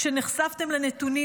כשנחשפתם לנתונים,